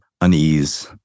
unease